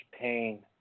pain